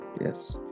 yes